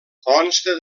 consta